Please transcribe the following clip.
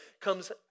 comes